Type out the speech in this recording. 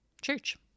church